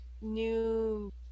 New